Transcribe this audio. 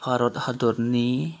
भारत हादरनि